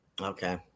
Okay